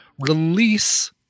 release